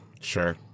Sure